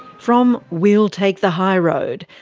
from we'll take the high road,